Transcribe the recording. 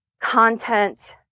content